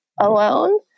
alone